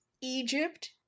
Egypt